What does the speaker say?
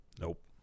nope